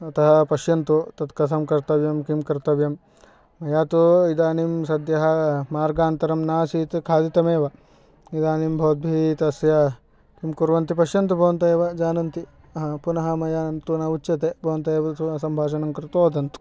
अतः पश्यन्तु तत् कथं कर्तव्यं किं कर्तव्यं मया तु इदानीं सद्यः मार्गान्तरं नासीत् खादितमेव इदानीं भवद्भिः तस्य किं कुर्वन्ति पश्यन्तु भवन्तः एव जानन्ति पुनः मया तु न उच्यते भवन्तः एव सम्भाषणं कृत्वा वदन्तु